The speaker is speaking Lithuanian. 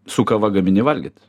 su kava gamini valgyt